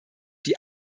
die